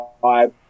five